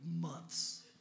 months